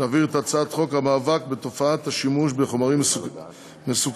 להעביר את הצעת חוק המאבק בתופעת השימוש בחומרים מסכנים